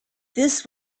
this